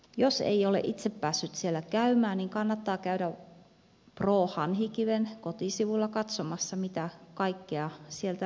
jos ei ole itse päässyt siellä käymään niin kannattaa käydä pro hanhikiven kotisivuilla katsomassa mitä kaikkea sieltä löytyy